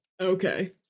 okay